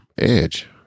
edge